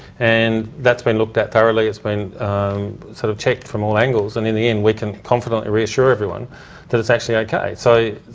and that's been looked at thoroughly, it's been sort of checked from all angles, and in the end, we can confidently reassure everyone that it's actually ok. so,